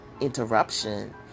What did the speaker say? interruption